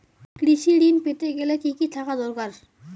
কৃষিঋণ পেতে গেলে কি কি থাকা দরকার?